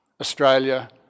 Australia